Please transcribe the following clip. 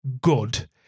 good